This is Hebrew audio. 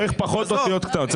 צריך פחות אותיות קטנות.